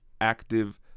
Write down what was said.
active